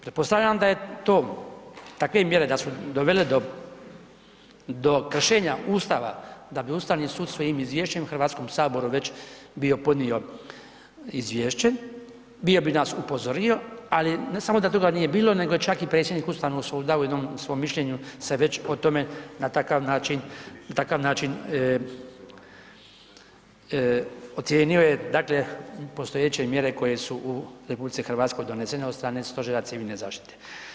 Pretpostavljam da je to, takve mjere da su dovele do, do kršenja Ustava da bi Ustavni sud svojim izvješćem HS već bio podnio izvješće, bio bi nas upozorio, ali ne samo da toga nije bilo nego je čak i predsjednik Ustavnog suda u jednom svom mišljenju se već o tome na takav način, na takav način, ocijenio je, dakle postojeće mjere koje su u RH donesene od strane Stožera civilne zaštite.